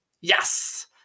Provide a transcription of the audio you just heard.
Yes